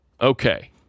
Okay